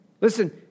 Listen